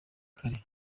kare